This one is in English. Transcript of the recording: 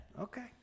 Okay